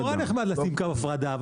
זה מאוד נחמד לשים קו הפרדה,